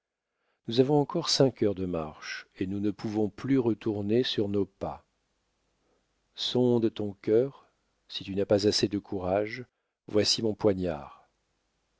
nous avons encore cinq heures de marche et nous ne pouvons plus retourner sur nos pas sonde ton cœur si tu n'as pas assez de courage voici mon poignard